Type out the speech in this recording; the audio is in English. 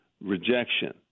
rejection